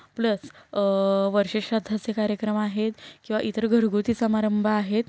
plus वर्षश्राद्धाचे कार्यक्रम आहेत किंवा इतर घरगुती समारंभ आहेत